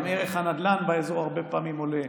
גם ערך הנדל"ן באזור הרבה פעמים עולה,